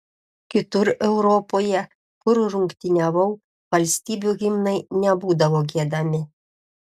kitur europoje kur rungtyniavau valstybių himnai nebūdavo giedami